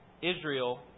Israel